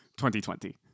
2020